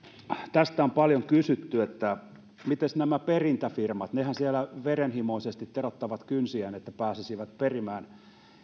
on paljon kysytty että mites nämä perintäfirmat nehän siellä verenhimoisesti teroittavat kynsiään että pääsisivät perimään